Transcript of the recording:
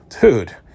dude